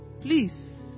please